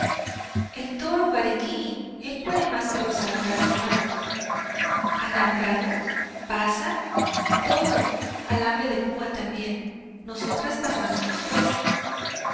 el toro barigüí el puede más que los alambrados malos alambrados pasa todo alambre de púa también nosotras pasamos después